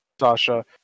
sasha